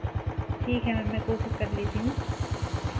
ठीक है मैम मैं कोशिश कर लेती हूँ